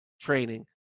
training